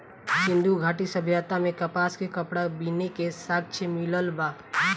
सिंधु घाटी सभ्यता में कपास के कपड़ा बीने के साक्ष्य मिलल बा